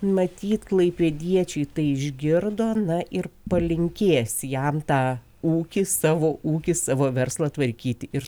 matyt klaipėdiečiai tai išgirdo na ir palinkės jam tą ūkį savo ūkį savo verslą tvarkyti ir